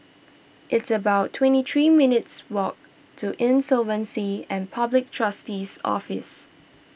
it's about twenty three minutes' walk to Insolvency and Public Trustee's Office